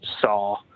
saw